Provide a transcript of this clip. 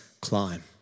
climb